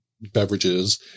beverages